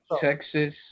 Texas